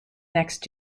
next